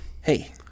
Hey